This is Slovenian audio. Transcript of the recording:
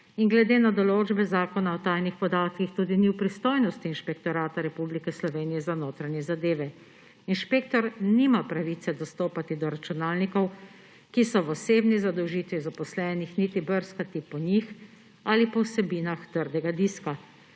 in glede na določbe Zakona o tajnih podatkih tudi ni v pristojnosti Inšpektorata Republike Slovenije za notranje zadeve, inšpektor nima pravice dostopati do računalnikov, ki so v osebni zadolžitvi zaposlenih, niti brskati po njih ali po vsebinah trdega diska.